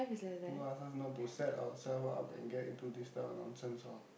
who ask us not to set ourselves up and get into this type of nonsense lor